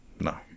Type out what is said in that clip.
no